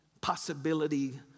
possibility